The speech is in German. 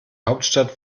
hauptstadt